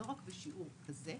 לא רק בשיעור כזה,